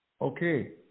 Okay